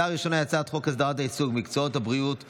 הצעה ראשונה היא הצעת חוק הסדרת העיסוק במקצועות הבריאות (תיקון,